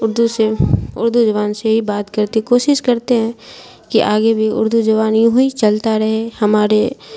اردو سے اردو زبان سے ہی بات کرتی کوشش کرتے ہیں کہ آگے بھی اردو زبان یوں ہی چلتا رہے ہمارے